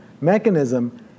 mechanism